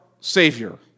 savior